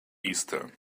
easter